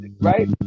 right